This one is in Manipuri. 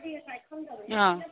ꯑꯥ